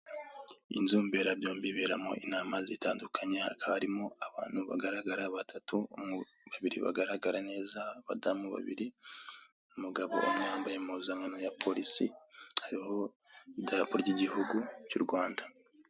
Inzu mberabyombi iberamo inama zitandukanye hakaba harimo abantu bagaragara batatu, babiri bagaragara neza. Abadamu babiri, umugabo umwe wambaye impuzankano ya polisi, hariho idarapo ry'igihuhu cy'u Rwanda.